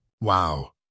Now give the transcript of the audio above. Wow